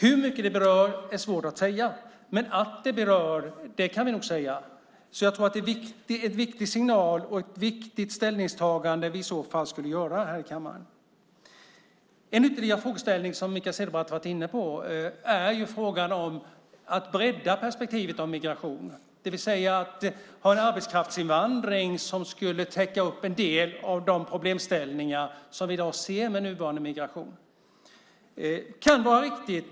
Hur mycket det berör är svårt att säga, men att det berör kan vi nog säga. Jag tror därför att det är en viktig signal och att det är ett viktigt ställningstagande som vi i så fall skulle göra här i kammaren. En ytterligare frågeställning som Mikael Cederbratt har varit inne på är frågan om att bredda perspektivet när det gäller migration, det vill säga att man skulle ha en arbetskraftsinvandring som skulle täcka upp i fråga om en del av de problemställningar som vi i dag ser med nuvarande migration. Det kan vara riktigt.